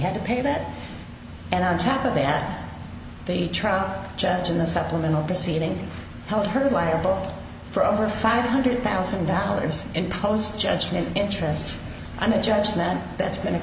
had to pay that and on top of the at the trial judge in the supplemental proceeding held her liable for over five hundred thousand dollars impose judgment interest i'm a judgment that's been a